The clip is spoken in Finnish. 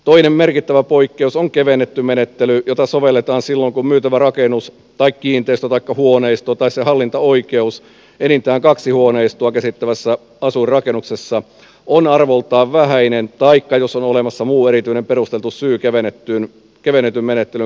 toinen merkittävä poikkeus on kevennetty menettely jota sovelletaan silloin kun myytävä rakennus tai kiinteistö taikka huoneisto tai sen hallintaoikeus enintään kaksi huoneistoa käsittävässä asuinrakennuksessa on arvoltaan vähäinen taikka jos on olemassa muu erityisen perusteltu syy kevennetyn menettelyn käyttämiseen